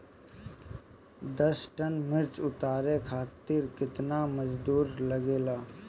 दस टन मिर्च उतारे खातीर केतना मजदुर लागेला?